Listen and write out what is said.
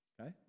Okay